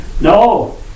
No